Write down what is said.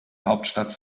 hauptstadt